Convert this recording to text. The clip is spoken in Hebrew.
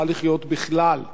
לא נוכל לחיות בכלל.